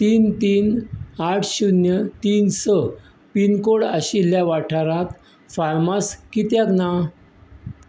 तीन तीन आट शुन्य तीन स पिनकोड आशिल्ल्या वाठारांत फार्मास कित्याक ना